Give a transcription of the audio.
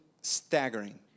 staggering